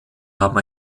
haben